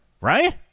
right